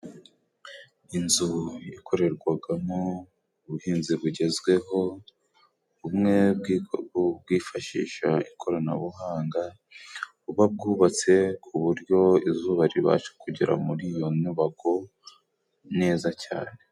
Inzu ikorerwagamo ubuhinzi bugezweho, bumwe bwifashisha ikoranabuhanga buba bwubatse ku buryo izuba ribasha kugera muri iyo nyubako neza cyane.